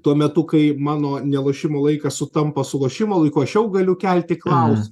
tuo metu kai mano nelošimo laikas sutampa su lošimo laiku aš jau galiu kelti klausimą